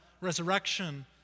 resurrection